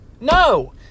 No